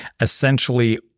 essentially